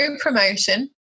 promotion